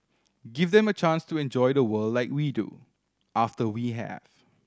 give them a chance to enjoy the world like we do after we have